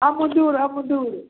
अमरूद अमरूद